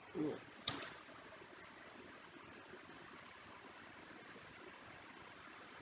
mm